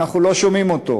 אנחנו לא שומעים אותו,